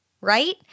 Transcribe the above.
right